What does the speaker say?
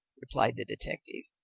replied the detective.